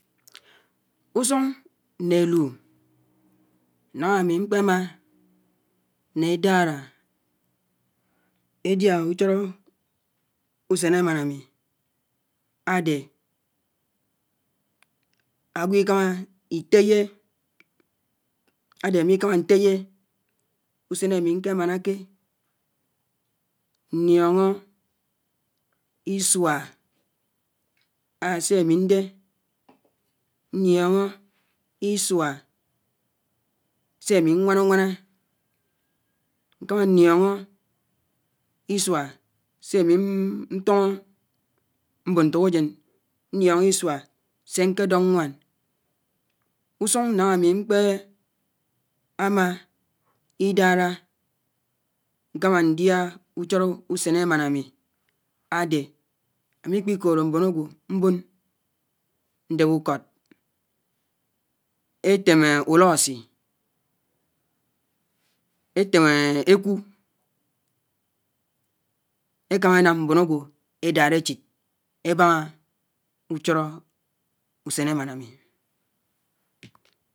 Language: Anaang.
Úsuñg ne elu nañga ami nkpema ne edara édiá ucholo usen emana ami ade agwọ ikama iteye usen ami ñkemánake ñkòñgo isua sé ami ǹdé, ñlioñgo isua sé ami ñwáná-uñwáná. Ñkámá ñlioñgo isua sé ami ntono mben ñtok-ajen, ñlioñgo isua sé ñkedo ñwaan. Usuñg nañga ami ñkpe ama odara ñkama ndia ucholo usen emana ami ade ami kpikóló mbón agwọ mbón ñdep ùkọd, etem úloásii, etem eku, ekama enám mben ágwo edad echid ebañga uchọlọ useñ emana ami.